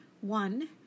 One